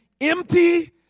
empty